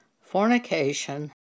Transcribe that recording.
fornication